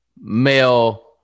male